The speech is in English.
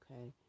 okay